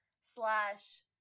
slash